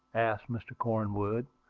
asked mr. cornwood,